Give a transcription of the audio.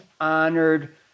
honored